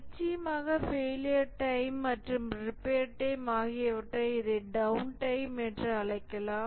நிச்சயமாக failure time மற்றும் repair time ஆகியவற்றை இதை டவுன் டைம் என்று அழைக்கலாம்